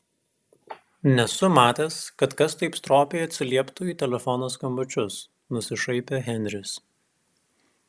nesu matęs kad kas taip stropiai atsilieptų į telefono skambučius nusišaipė henris